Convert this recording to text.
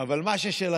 אבל מה ששלכם,